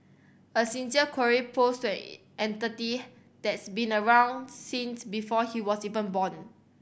a sincere query posed to it entity that's been around since before he was even born